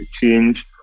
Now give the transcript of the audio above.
Change